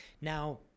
Now